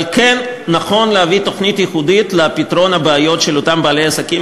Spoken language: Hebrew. אבל כן נכון להביא תוכנית ייחודית לפתרון הבעיות של אותם בעלי עסקים.